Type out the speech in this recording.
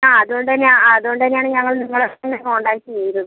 ആ അതുകൊണ്ട് തന്നെയാണ് ആ അതുകൊണ്ട് തന്നെയാണ് ഞങ്ങൾ നിങ്ങളെത്തന്നെ കോൺടാക്ട് ചെയ്തത്